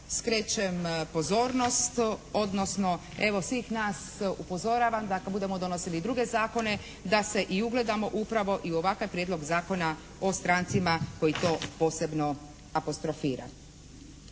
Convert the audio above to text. skrećem pozornost odnosno evo svih nas upozoravam da kad budemo donosili druge zakone da se i ugledamo upravo i u ovakav Prijedlog zakona o strancima koji to posebno apostrofira.